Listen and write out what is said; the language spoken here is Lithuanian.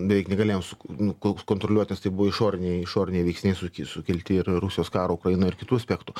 beveik negalėjom suk nu k kontroliuot nes tai buvo išoriniai išoriniai veiksniai suki sukelti ir rusijos karo ukrainoj ir kitų aspektų